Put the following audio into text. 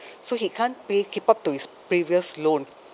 so he can't pay keep up to his previous loan